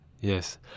Yes